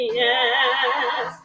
yes